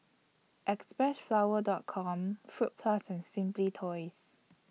Xpressflower Dot Com Fruit Plus and Simply Toys